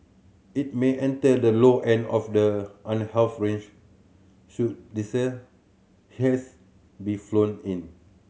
it may enter the low end of the unhealthy range should denser haze be flown in